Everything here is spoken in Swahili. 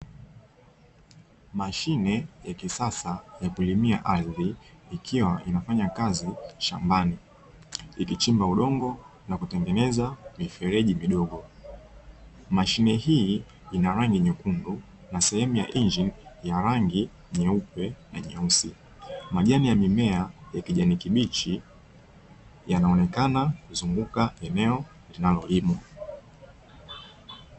Mashine ya kisasa ya kulimia ardhi ikiwa inafanya kazi shambani ikichimba udongo na kutengeneza vifereji vidogo, mashime hii ina rangi nyekundu na sehemu ya injini ya rangi nyeupe na nyeusi. Majani ya mimea ya kijani kibichi yanaonekana kuzunguka eneo linalolimwa.